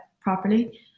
properly